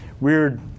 weird